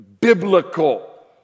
biblical